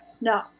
No